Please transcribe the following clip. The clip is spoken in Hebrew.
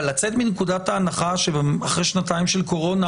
אבל לצאת מנקודת הנחה שאחרי שנתיים של קורונה